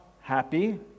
happy